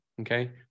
Okay